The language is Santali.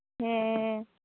ᱦᱮᱸ